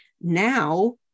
Now